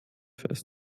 fest